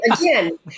Again